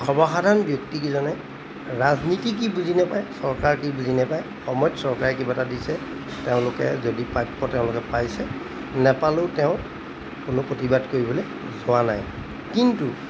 সৰ্বসাধাৰণ ব্যক্তিকেইজনে ৰাজনীতি কি বুজি নেপায় চৰকাৰ কি বুজি নেপায় সময়ত চৰকাৰে কিবা এটা দিছে তেওঁলোকে যদি প্ৰাপ্য তেওঁলোকে পাইছে নেপালেও তেওঁ কোনো প্ৰতিবাদ কৰিবলৈ যোৱা নাই কিন্তু